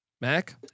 Mac